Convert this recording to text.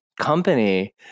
company